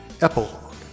Epilogue